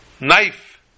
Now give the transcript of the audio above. knife